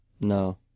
No